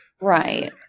Right